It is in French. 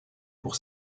pour